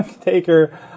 Taker